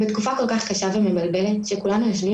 בתקופה כל כך קשה ומבלבלת שכולנו יושבים